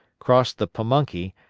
crossed the pamunkey,